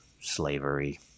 slavery